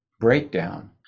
breakdown